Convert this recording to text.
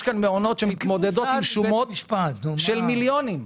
כאן מעונות שמתמודדים עם שומות של מיליונים.